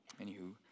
Anywho